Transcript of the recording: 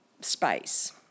space